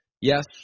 Yes